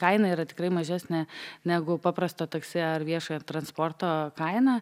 kaina yra tikrai mažesnė negu paprasto taksi ar viešojo transporto kaina